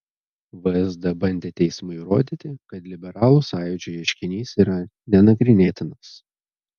vsd bandė teismui įrodyti kad liberalų sąjūdžio ieškinys yra nenagrinėtinas